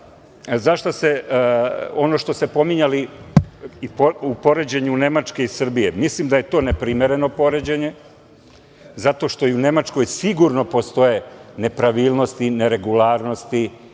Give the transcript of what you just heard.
upravo ono što ste pominjali u poređenju Nemačke i Srbije, mislim da je to neprimereno poređenje, zato što i u Nemačkoj sigurno postoje nepravilnosti i neregularnosti